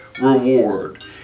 reward